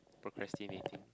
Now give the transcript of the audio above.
procrastinating